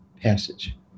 passage